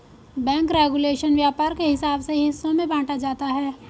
bank regulation व्यापार के हिसाब से हिस्सों में बांटा जाता है